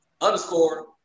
underscore